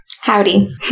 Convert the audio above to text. Howdy